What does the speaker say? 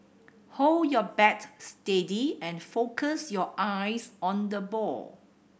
hold your bat steady and focus your eyes on the ball